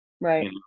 Right